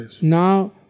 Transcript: Now